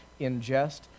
ingest